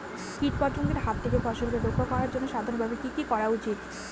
কীটপতঙ্গের হাত থেকে ফসলকে রক্ষা করার জন্য সাধারণভাবে কি কি করা উচিৎ?